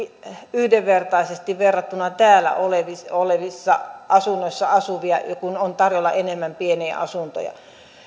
yhdenvertaisesti verrattuna täällä olevissa olevissa asunnoissa asuviin kun on tarjolla enemmän pieniä asuntoja